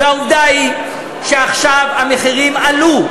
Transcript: והעובדה היא שעכשיו המחירים עלו.